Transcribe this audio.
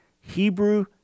Hebrew